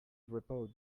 report